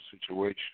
situation